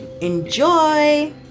enjoy